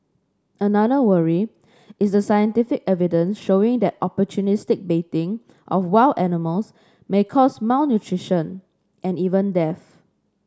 another worry is the scientific evidence showing that opportunistic baiting of wild animals may cause malnutrition and even death